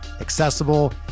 accessible